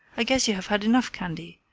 i guess you have had enough candy,